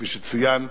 שכפי שצוין,